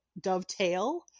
dovetail